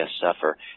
suffer